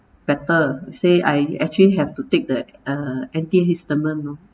better say I actually have to take the uh antihistamine